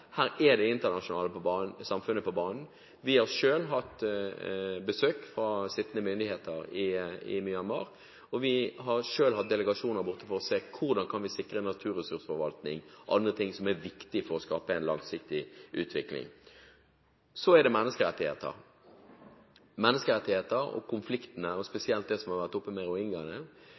det internasjonale samfunnet på banen. Vi har selv hatt besøk fra sittende myndigheter i Myanmar, og vi har selv hatt delegasjoner der for å se hvordan vi kan sikre naturressursforvaltning og andre ting som er viktige for å skape en langsiktig utvikling. Så er det menneskerettigheter. Når det gjelder menneskerettigheter og konflikter – spesielt det som har vært oppe med